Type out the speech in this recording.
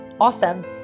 awesome